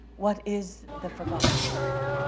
what is the forgotten language?